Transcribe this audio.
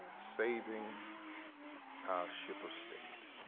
saving our ship of state,